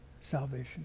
salvation